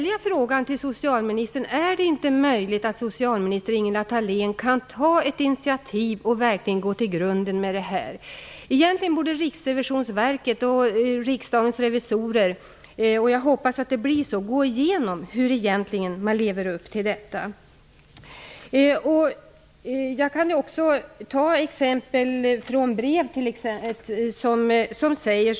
Egentligen borde Riksrevisionsverket och Riksdagens revisorer gå igenom hur man lever upp till beslutet. Jag hoppas att det blir så. Jag kan ta ett exempel ur ett brev.